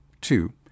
Two